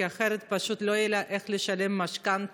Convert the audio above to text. כי אחרת פשוט לא יהיה לה איך לשלם משכנתה,